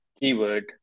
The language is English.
keyword